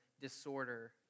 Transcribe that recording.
disorder